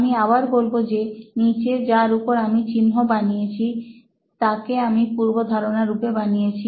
আমি আবার বলবো যে নিচে যার উপর আমি চিন্হ বানিয়েছি তাকে আমি পূর্বধারণা রূপে বানিয়েছি